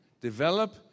Develop